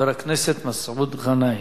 חבר הכנסת מסעוד גנאים.